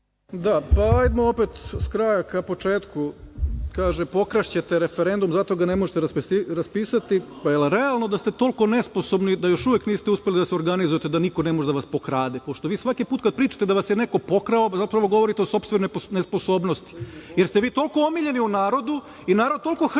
Da, evo opet s kraja ka početku, kažete pokrašćete referendum zato ga ne možete raspisati. Da li je realno da ste toliko nesposobni da još uvek niste uspeli da se organizujete da niko ne može da vas pokrade, pošto svaki put kada pričate kad vas je neko pokrao, zapravo govorite o sopstvenoj nesposobnosti jer ste vi toliko omiljeni u narodu i narod toliko hrli